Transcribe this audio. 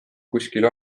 kuskil